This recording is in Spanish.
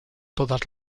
todas